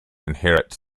inherits